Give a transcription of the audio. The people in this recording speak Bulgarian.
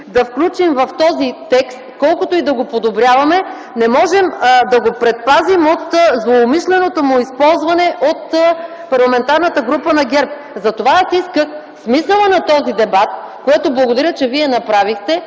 да включим в този текст, колкото и да го подобряваме, не можем да го предпазим от злоумишленото му използване от Парламентарната група на ГЕРБ. (Шум и реплики в ГЕРБ.) Затова аз исках смисълът на този дебат, което благодаря, че вие направихте,